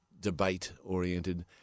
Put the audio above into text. debate-oriented